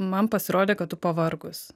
man pasirodė kad tu pavargus